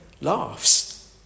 laughs